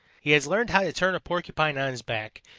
he has learned how to turn a porcupine on his back,